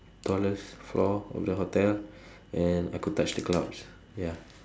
tallest floor of the hotel and I could touch the clouds ya